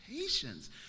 patience